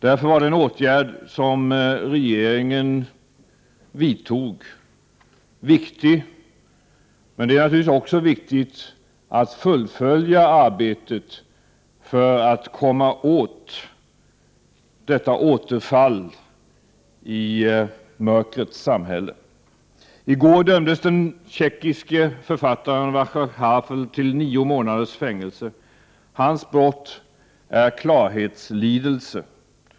Därför var den åtgärd som regeringen vidtog viktig, men det är naturligtvis också viktigt att fullfölja arbetet för att komma åt detta återfall i mörkrets samhälle. I går dömdes den tjeckiske författaren Våclav Havel till nio månaders fängelse. Hans brott är klarhetslidelse.